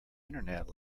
internet